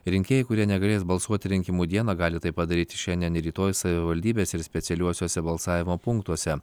rinkėjai kurie negalės balsuoti rinkimų dieną gali tai padaryti šiandien ir rytoj savivaldybės ir specialiuose balsavimo punktuose